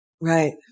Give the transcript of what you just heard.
Right